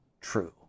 true